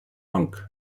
monk